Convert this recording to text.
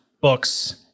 books